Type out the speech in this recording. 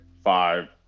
five